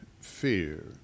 fear